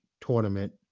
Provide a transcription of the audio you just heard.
tournament